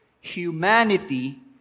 humanity